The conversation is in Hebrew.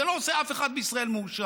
זה לא עושה אף אחד בישראל מאושר.